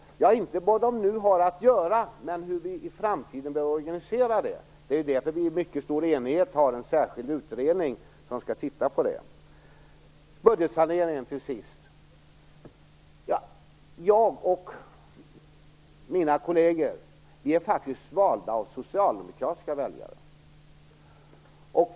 Det handlar inte om vad de nu har att göra, utan om hur vi i framtiden bör organisera det. Det är därför vi i mycket stor enighet har en särskild utredning som skall titta på det. Låt mig till sist ta upp budgetsaneringen. Jag och mina kolleger är faktiskt valda av socialdemokratiska väljare.